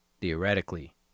Theoretically